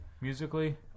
musically